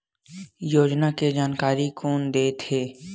योजना के जानकारी कोन दे थे?